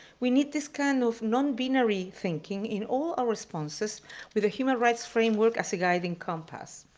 we need this kind of non-binary thinking in all our responses with a human rights framework as a guiding compass.